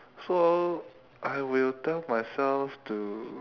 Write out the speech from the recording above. so I will tell myself to